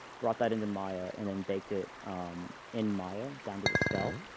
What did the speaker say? brought that into maya and and baked it in maya down to the scalp.